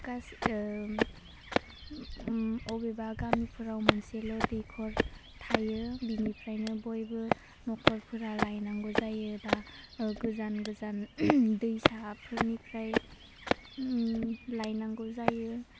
गास ओह ओम अबेबा गामिफोराव मोनसेल' दैख'र थायो बिनिफ्रायनो बयबो नख'रफोरा लायनांगौ जायो बा ओह गोजान गोजान दैसाफोरनिफ्राय ओम लायनांगौ जायो